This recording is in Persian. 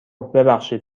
ببخشید